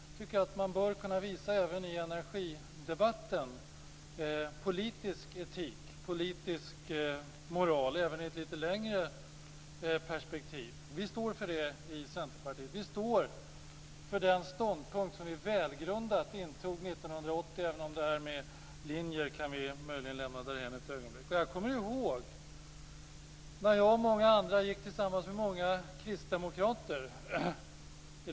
Jag tycker att man i energidebatten bör kunna visa politisk etik och politisk moral även i ett litet längre perspektiv. Vi står för det i Centerpartiet. Vi står för den ståndpunkt som vi, välgrundat, intog år 1980 - det här med linjer kan vi möjligen lämna därhän ett ögonblick. Jag kommer ihåg när jag och många andra gick tillsammans med bl.a. många kristdemokrater.